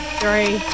three